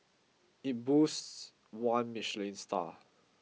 it boasts one Michelin star